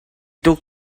tuk